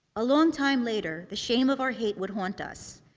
a long time later the shame of our hate would haunt us.